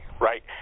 right